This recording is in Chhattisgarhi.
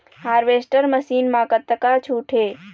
हारवेस्टर मशीन मा कतका छूट हे?